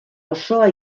osoa